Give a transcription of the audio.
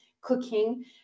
cooking